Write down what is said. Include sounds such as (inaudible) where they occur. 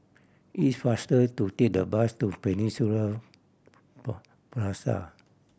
it's faster to take the bus to Peninsula (unintelligible) Plaza